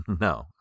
No